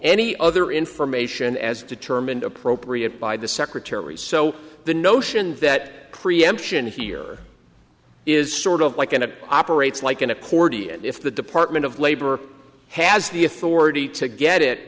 any other information as determined appropriate by the secretary so the notion that korea emption here is sort of like an it operates like an accordion if the department of labor has the authority to get it